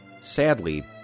Sadly